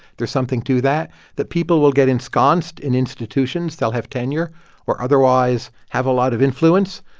there's something to that that people will get ensconced in institutions. they'll have tenure or otherwise have a lot of influence.